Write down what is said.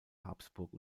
habsburg